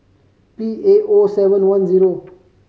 P A O seven one zero